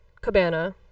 cabana